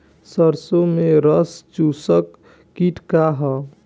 सरसो में रस चुसक किट का ह?